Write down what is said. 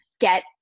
get